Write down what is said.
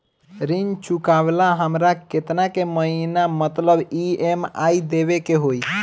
ऋण चुकावेला हमरा केतना के महीना मतलब ई.एम.आई देवे के होई?